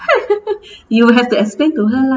you will have to explain to her lah